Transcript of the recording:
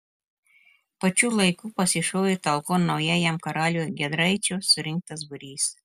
pačiu laiku pasišovė talkon naujajam karaliui giedraičio surinktas būrys